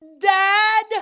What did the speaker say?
Dad